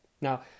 Now